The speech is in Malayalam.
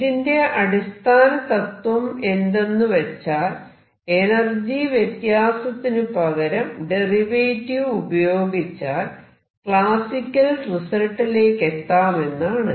ഇതിന്റെ അടിസ്ഥാന തത്വം എന്തെന്ന് വെച്ചാൽ എനർജി വ്യത്യാസത്തിനു പകരം ഡെറിവേറ്റീവ് ഉപയോഗിച്ചാൽ ക്ലാസിക്കൽ റിസൾട്ടിലേക്കെത്താമെന്നാണ്